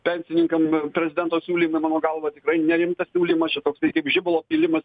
pensininkam prezidento siūlymu mano galva tikrai nerimtas siūlymas čia toksai kaip žibalo pylimas